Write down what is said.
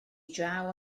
draw